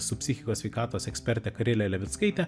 su psichikos sveikatos ekspertė karėlė levickaitė